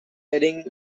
heading